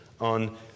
on